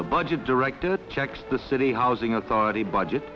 the budget director checks the city housing authority budget